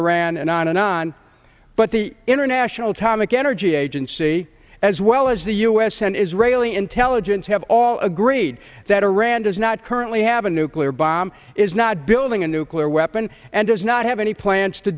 iran and on and on but the international atomic energy agency as well as the u s and israeli intelligence have all agreed that iran does not currently have a nuclear bomb is not building a nuclear weapon and does not have any plans to